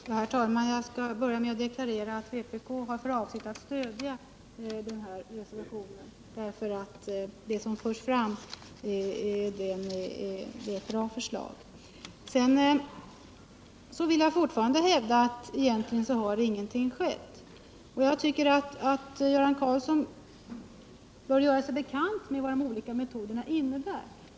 Herr talman! Jag skall börja med att deklarera att vpk har för avsikt att stödja reservationen därför att det som framförs i den är ett bra förslag. Jag hävdar fortfarande att egentligen ingenting har skett. Jag tycker att Göran Karlsson bör göra sig bekant med vad de olika metoderna innebär.